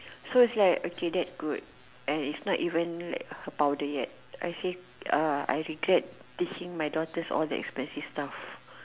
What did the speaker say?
so it's like okay that good and it's not even like a powder yet I say uh I regret teaching my daughters all the expensive stuff